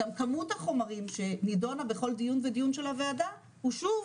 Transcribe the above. גם כמות החומרים שנידונה בכל דיון ודיון של הוועדה הוא שוב